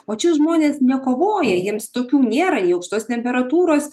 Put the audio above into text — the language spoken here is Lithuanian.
o čia žmonės nekovoja jiems tokių nėra nei aukštos temperatūros